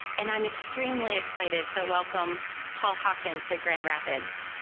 and i'm extremely excited to welcome paul hawken to grand rapids.